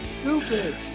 stupid